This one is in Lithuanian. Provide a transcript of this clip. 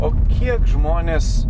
o kiek žmonės